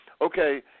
okay